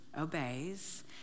obeys